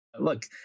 look